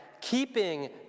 keeping